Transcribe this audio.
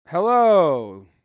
Hello